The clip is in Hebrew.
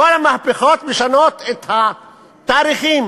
כל המהפכות משנות את התאריכים.